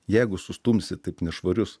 jeigu sustumsi taip nešvarius